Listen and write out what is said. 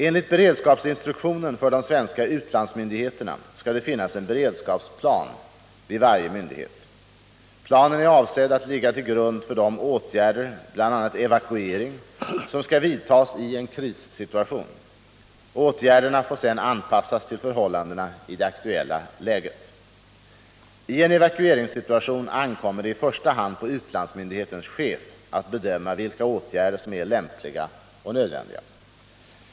Enligt beredskapsinstruktionen för de svenska utlandsmyndigheterna skall det finnas en beredskapsplan vid varje myndighet. Planen är avsedd att ligga till grund för de åtgärder, bl.a. evakuering, som skall vidtas i en krissituation. Åtgärderna får sedan anpassas till förhåHandena i det aktuella läget. I en evakueringssituation ankommer det i första hand på utlandsmyndighetens chef att bedöma vilka åtgärder som är lämpliga och nödvändiga.